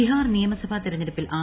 ബിഹാർ നിയമസഭാ തെരഞ്ഞെടുപ്പ നാളെ